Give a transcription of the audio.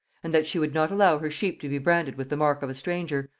and that she would not allow her sheep to be branded with the mark of a stranger,